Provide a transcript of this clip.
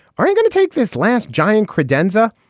are you gonna take this last giant credenza?